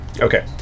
Okay